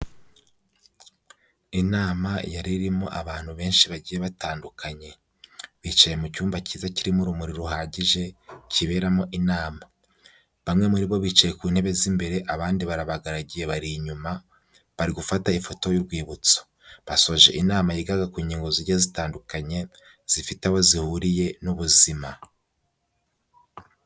Inama yari irimo abantu benshi bagiye batandukanye, bicaye mu cyumba cyiza kirimo urumuri ruhagije kiberamo inama, bamwe muri bo bicaye ku ntebe z'imbere abandi barabagaragiye bari inyuma bari gufata ifoto y'urwibutso, basoje inama yigaga ku ngingo zigiye zitandukanye zifite aho zihuriye n'ubuzima.